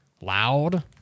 loud